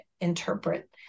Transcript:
interpret